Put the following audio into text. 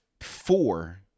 four